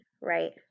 right